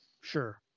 Sure